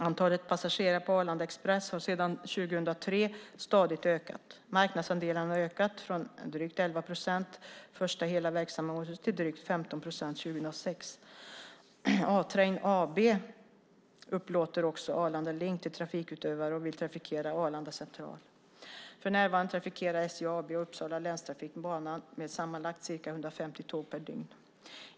Antalet passagerare på Arlanda Express har sedan 2003 stadigt ökat. Marknadsandelarna har ökat från drygt 11 procent första hela verksamhetsåret till drygt 15 procent 2006. A-Train AB upplåter också Arlanda Link till trafikutövare som vill trafikera Arlanda Central. För närvarande trafikerar SJ AB och Uppsala länstrafik banan med sammanlagt ca 150 tåg per dygn.